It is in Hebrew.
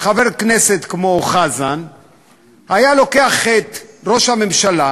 חבר כנסת כמו חזן היה לוקח את ראש הממשלה